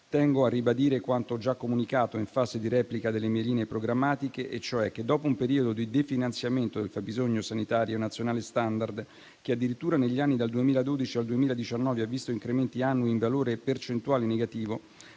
tengo a ribadire quanto già comunicato in fase di replica delle mie linee programmatiche e cioè che, dopo un periodo di definanziamento del fabbisogno sanitario nazionale *standard*, che addirittura negli anni dal 2012 al 2019 ha visto incrementi annui in valore percentuale negativo,